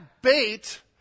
bait